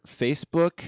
Facebook